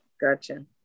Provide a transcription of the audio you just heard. Gotcha